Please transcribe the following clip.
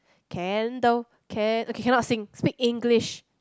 can the can okay cannot sing speak English